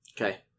Okay